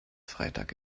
freitag